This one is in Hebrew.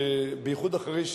בייחוד אחרי,